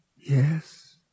Yes